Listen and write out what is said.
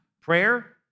prayer